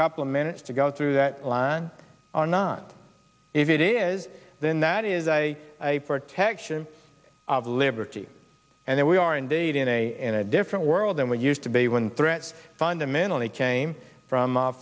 couple minutes to go through that line or not if it is then that is a protection of liberty and that we are indeed in a in a different world than we used to be when threats fundamentally came from